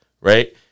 right